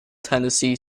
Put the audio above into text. tennessee